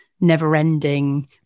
never-ending